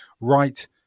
right